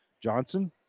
Johnson